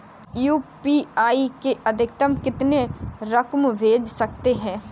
UPI से अधिकतम कितनी रकम भेज सकते हैं?